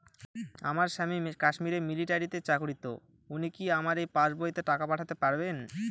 আমার স্বামী কাশ্মীরে মিলিটারিতে চাকুরিরত উনি কি আমার এই পাসবইতে টাকা পাঠাতে পারবেন?